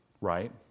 right